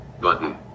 button